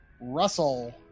Russell